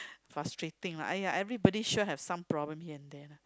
frustrating lah !aiya! everybody sure have some problem here and there lah